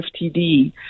FTD